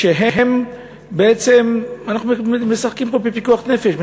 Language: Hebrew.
בעצם אנחנו משחקים פה בפיקוח נפש,